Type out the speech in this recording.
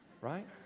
right